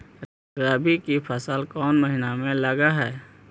रबी की फसल कोन महिना में लग है?